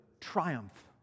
triumph